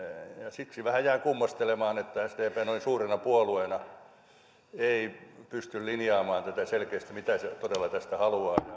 siksi jään vähän kummastelemaan että sdp noin suurena puolueena ei pysty linjaamaan selkeästi mitä se todella tästä haluaa